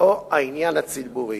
או העניין הציבורי.